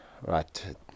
right